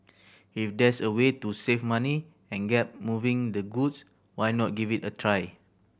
if there's a way to save money and get moving the goods why not give it a try